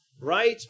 right